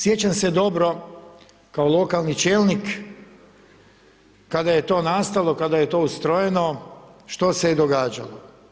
Sjećam se dobro kao lokalni čelnik, kada je to nastalo, kada je to ustrojeno, što se je događalo.